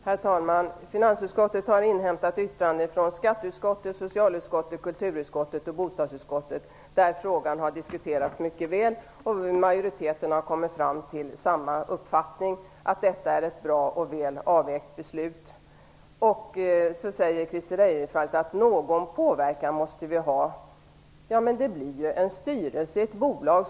Herr talman! Finansutskottet har inhämtat yttranden från skatteutskottet, socialutskottet, kulturutskottet och bostadsutskottet där frågan har diskuterats mycket väl. Majoriteten har kommit fram till samma uppfattning, nämligen att detta är ett bra och väl avvägt beslut. Christer Eirefelt säger att någon påverkan måste vi ha. Ja, men det blir ju ett bolag med en styrelse.